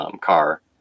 car